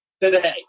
Today